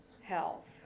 health